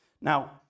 Now